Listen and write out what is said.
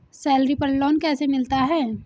Salary पर loan कैसे मिलता है?